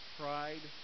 pride